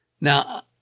Now